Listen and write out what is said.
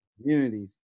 communities